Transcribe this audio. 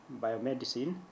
biomedicine